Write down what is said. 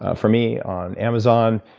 ah for me, on amazon,